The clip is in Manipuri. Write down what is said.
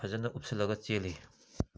ꯐꯖꯅ ꯎꯞꯁꯤꯜꯂꯒ ꯆꯦꯜꯂꯤ